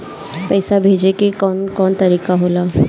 पइसा भेजे के कौन कोन तरीका होला?